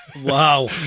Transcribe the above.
Wow